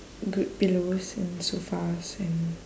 good pillows and sofas and